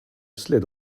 slid